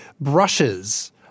brushes